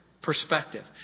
perspective